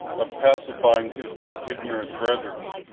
of pacifying his more ignorant brethren,